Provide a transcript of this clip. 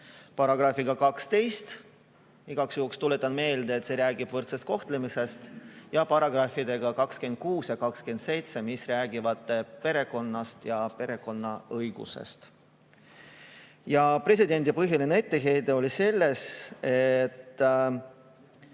paragrahviga: §‑ga 12 – igaks juhuks tuletan meelde, et see räägib võrdsest kohtlemisest – ja §‑dega 26 ja 27, mis räägivad perekonnast ja perekonnaõigusest. Presidendi põhiline etteheide oli selles, et